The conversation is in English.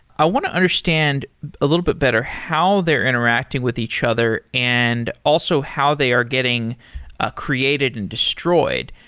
i want to understand a little bit better how they are interacting with each other and also how they are getting ah created and destroyed.